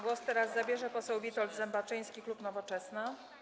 Głos teraz zabierze poseł Witold Zembaczyński, klub Nowoczesna.